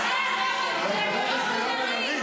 אני בטרנס של קריאות עכשיו.